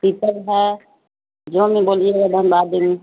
taker ہے جو میں بولیے گا بنوا دیں گے